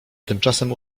tymczasem